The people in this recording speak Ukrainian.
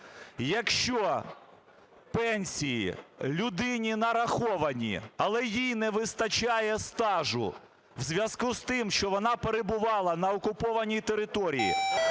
Якщо пенсія людині нарахована, але їй не вистачає стажу в зв'язку з тим, що вона перебувала на окупованій території,